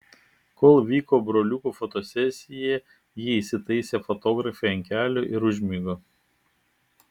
kol vyko broliukų fotosesija ji įsitaisė fotografei ant kelių ir užmigo